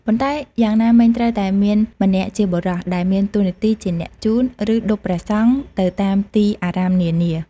ប៉ុន្តែ យ៉ាងណាមិញត្រូវតែមានម្នាក់ជាបុរស ដែលមានតួនាទីជាអ្នកជូន ឬ ឌុបព្រះសង្ឃទៅតាមទីអារាមនានា។